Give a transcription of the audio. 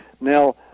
Now